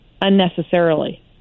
unnecessarily